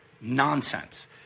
Nonsense